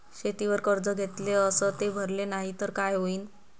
शेतीवर कर्ज घेतले अस ते भरले नाही तर काय होईन?